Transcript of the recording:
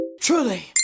Truly